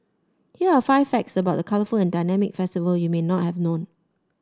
here are five facts about the colourful and dynamic festival you may not have known